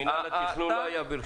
מינהל התכנון לא היה במשרד הפנים.